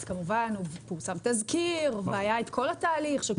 אז כמובן פורסם תזכיר והיה את כל התהליך.